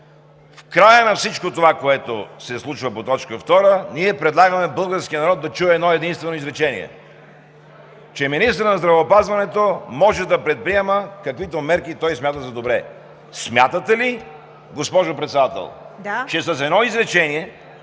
В края на всичко това, което се случва по т. 2, ние предлагаме българският народ да чуе едно единствено изречение, че министърът на здравеопазването може да предприема каквито мерки той смята за добре. Смятате ли, госпожо Председател… ПРЕДСЕДАТЕЛ